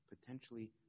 potentially